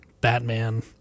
Batman